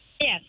Yes